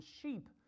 sheep